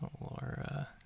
laura